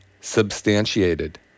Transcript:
substantiated